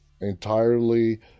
entirely